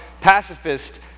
pacifist